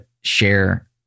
share